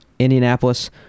Indianapolis